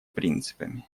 принципами